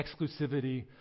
exclusivity